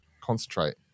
concentrate